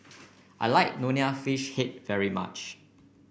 I like Nonya Fish Head very much